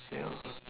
yeah